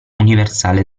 universale